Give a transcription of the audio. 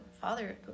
father